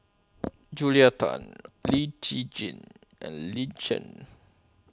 Julia Tan Lee Tjin and Lin Chen